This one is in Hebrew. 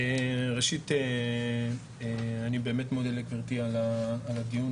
ראשית, אני באמת מודה לגברתי על הדיון.